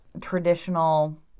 traditional